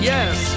Yes